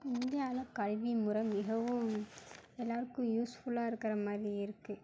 இந்தியாவில் கல்விமுறை மிகவும் எல்லோருக்கும் யூஸ்ஃபுல்லாக இருக்கிற மாதிரி இருக்குது